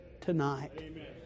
tonight